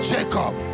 Jacob